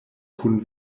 kun